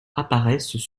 apparaissent